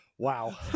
Wow